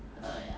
err ya